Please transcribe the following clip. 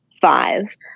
five